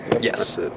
Yes